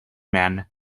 man